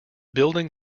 building